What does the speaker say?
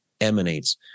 emanates